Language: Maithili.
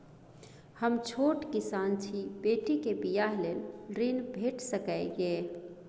हम छोट किसान छी, बेटी के बियाह लेल ऋण भेट सकै ये?